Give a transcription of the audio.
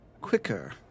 quicker